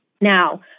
Now